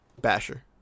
Basher